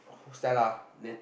oh who's that ah